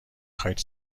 خواید